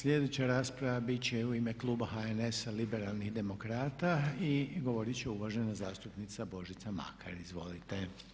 Sljedeća rasprava bit će u ime kluba HNS-a liberalnih demokrata i govorit će uvažena zastupnica Božica Makar, izvolite.